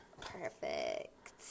Perfect